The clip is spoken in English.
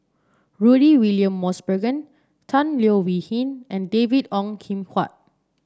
Rudy William Mosbergen Tan Leo Wee Hin and David Ong Kim Huat